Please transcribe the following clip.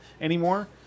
anymore